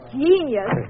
genius